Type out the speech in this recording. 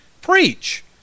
preach